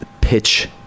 pitch